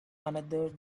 another